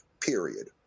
period